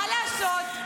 מה לעשות?